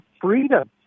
freedom